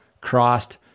crossed